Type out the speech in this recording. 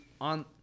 on